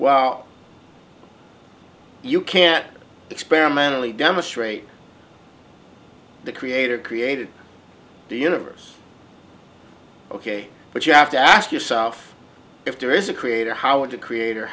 well you can't experimentally demonstrate the creator created the universe ok but you have to ask yourself if there is a creator how would a creat